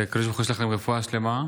שהקדוש ברוך הוא ישלח להם רפואה שלמה,